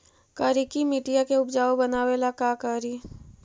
करिकी मिट्टियां के उपजाऊ बनावे ला का करी?